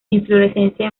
inflorescencia